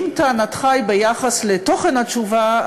אם טענתך היא ביחס לתוכן התשובה,